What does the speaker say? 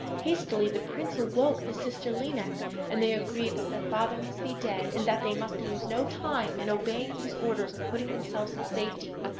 hastily the prince awoke his sister lineik, and they agreed that their father must be dead, and that they must lose no time in obeying his orders and putting themselves in safety.